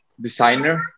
designer